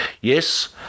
yes